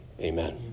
amen